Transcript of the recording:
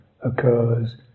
occurs